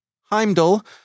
Heimdall